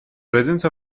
presence